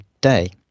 day